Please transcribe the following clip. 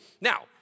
Now